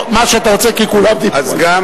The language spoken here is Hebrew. מה שאתה רוצה כי כולם דיברו על זה.